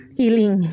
healing